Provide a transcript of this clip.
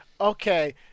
Okay